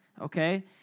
okay